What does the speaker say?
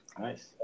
Nice